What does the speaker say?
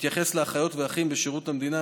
בהתייחס לאחיות והאחים בשירות המדינה,